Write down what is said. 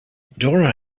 dora